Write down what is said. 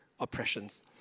Oppressions